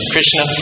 Krishna